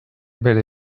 bere